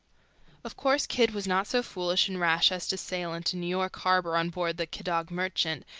of course kidd was not so foolish and rash as to sail into new york harbor on board the quedagh merchant,